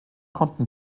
konnten